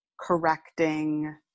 correcting